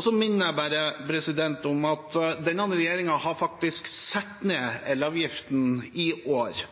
Så minner jeg bare om at denne regjeringen faktisk har satt ned